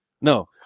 No